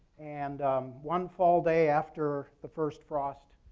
and one fall day after the first frost,